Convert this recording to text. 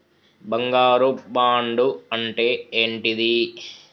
బంగారు బాండు అంటే ఏంటిది?